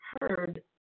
heard